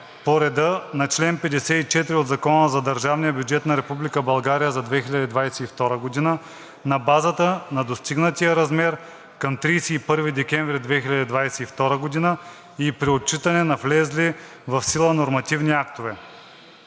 по реда на чл. 54 от Закона за държавния бюджет на Република България за 2022 г. на базата на достигнатия размер към 31 декември 2022 г. и при отчитане на влезли в сила нормативни актове.